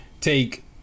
take